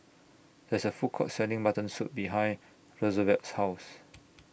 There IS A Food Court Selling Mutton Soup behind Roosevelt's House